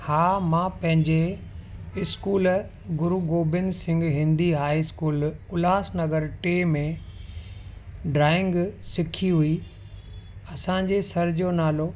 हा मां पंहिंजे school Guru Gobind Singh Hindi high school Ulhasnagar टे में ड्राइंग सिखी हुई असांजे सर जो नालो